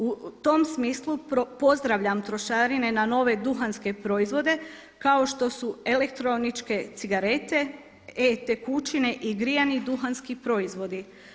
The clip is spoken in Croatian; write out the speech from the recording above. U tom smislu pozdravljam trošarine na nove duhanske proizvode kao što elektroničke cigarete, e-tekućine i grijani duhanski proizvodi.